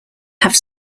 have